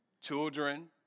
Children